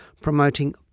promoting